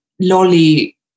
Lolly